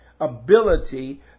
ability